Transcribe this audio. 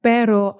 Pero